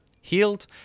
healed